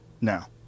now